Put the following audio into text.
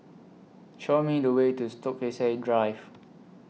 Show Me The Way to Stokesay Drive